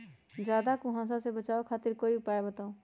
ज्यादा कुहासा से बचाव खातिर कोई उपाय बताऊ?